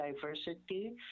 diversity